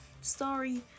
Sorry